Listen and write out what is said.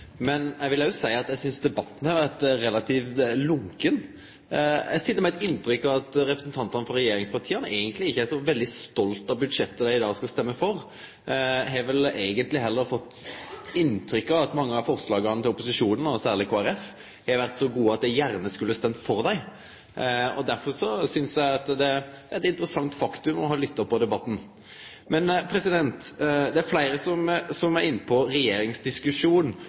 Men eg vil òg seie at eg synest debatten har vore relativt lunken. Eg sit med eit inntrykk av at representantane for regjeringspartia eigentleg ikkje er så veldig stolte av budsjettet dei i dag skal stemme for. Eg har vel eigentleg heller fått inntrykk av at mange av forslaga til opposisjonen, og særleg Kristeleg Folkeparti sine, har vore så gode at dei gjerne skulle ha stemt for dei. Derfor synest eg det er eit interessant faktum, og har lytta på debatten. Det er fleire som er inne på ein regjeringsdiskusjon